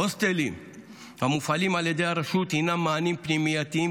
הוסטלים המופעלים על ידי הרשות הם מענים פנימייתיים,